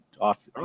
off